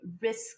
risk